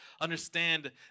Understand